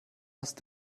hast